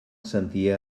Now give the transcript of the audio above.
sentia